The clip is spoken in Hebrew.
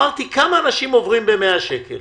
שאלתי כמה אנשים עוברים ב-100 שקל